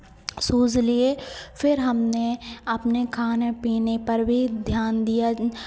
shoes लिए फिर हमने अपने खाने पीने पर भी ध्यान दिया